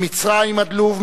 ממצרים עד לוב,